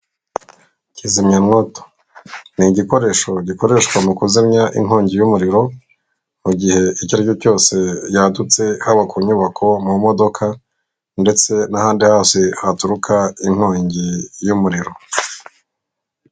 Kizimyamwoto ni igikoresho gikoreshwa mu kuzimya inkongi y'umuriro, mu gihe icyo ari cyo cyose yadutse, haba ku nyubako, mu modoka ndetse n'ahandi hose haturuka inkongi y'umuriro.